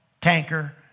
tanker